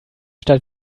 stadt